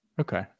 Okay